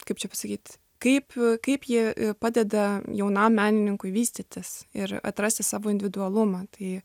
kaip čia pasakyt kaip kaip jie padeda jaunam menininkui vystytis ir atrasti savo individualumą tai